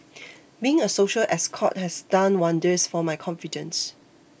being a social escort has done wonders for my confidence